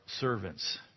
servants